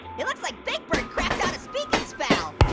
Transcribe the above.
it looks like big bird crapped on a speak and spell.